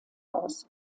aus